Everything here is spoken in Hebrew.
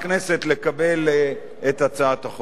תודה רבה לך, השר מיכאל איתן, בשם שר המשפטים.